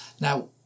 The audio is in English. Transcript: now